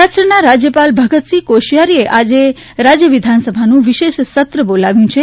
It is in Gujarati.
મહારાષ્ટ્રના રાજયપાલ ભગતસિંગ કોશ્યારીએ આજે રાજય વિધાનસભાનું વિશેષ સત્ર બોલાવ્યું છે